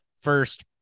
first